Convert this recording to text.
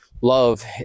Love